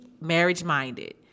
marriage-minded